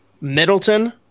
Middleton